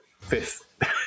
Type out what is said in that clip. fifth